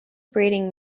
breeding